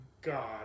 God